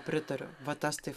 pritariu va tas tai